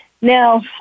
Now